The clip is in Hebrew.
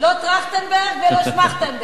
לא טרכטנברג ולא שמכטנברג.